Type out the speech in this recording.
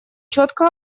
четко